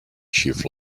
chief